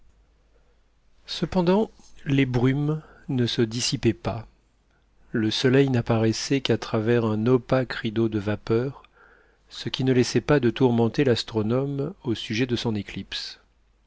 cependant les brumes ne se dissipaient pas le soleil n'apparaissait qu'à travers un opaque rideau de vapeurs ce qui ne laissait pas de tourmenter l'astronome au sujet de son éclipse